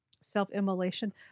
self-immolation